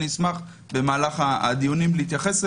אשמח במהלך הדיונים להתייחס.